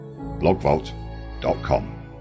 blogvault.com